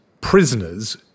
prisoners